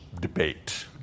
debate